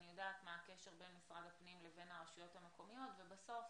אני יודעת מה הקשר בין משרד הפנים לבין הרשויות המקומיות ובסוף